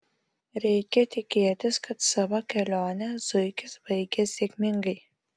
reikia tikėtis kad savo kelionę zuikis baigė sėkmingai